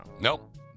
Nope